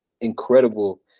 incredible